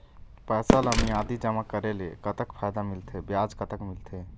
पैसा ला मियादी जमा करेले, कतक फायदा मिलथे, ब्याज कतक मिलथे?